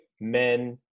men